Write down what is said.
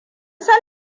san